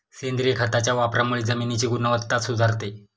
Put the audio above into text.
सेंद्रिय खताच्या वापरामुळे जमिनीची गुणवत्ता सुधारते